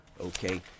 okay